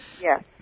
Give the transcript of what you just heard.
Yes